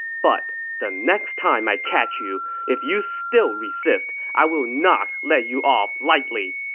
but the next time i catch you, if you still resist, i will not let you off lightly!